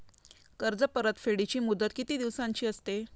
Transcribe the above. कर्ज परतफेडीची मुदत किती दिवसांची असते?